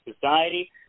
Society